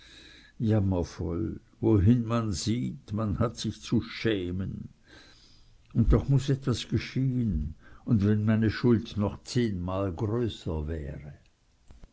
jammervoll wohin man sieht hat man sich zu schämen und doch muß etwas geschehen und wenn meine schuld noch zehnmal größer wäre